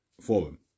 Forum